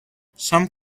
some